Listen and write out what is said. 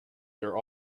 your